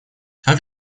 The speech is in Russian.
как